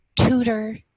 tutor